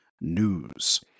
news